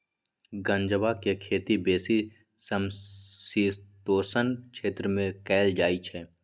गञजा के खेती बेशी समशीतोष्ण क्षेत्र में कएल जाइ छइ